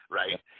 right